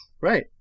Right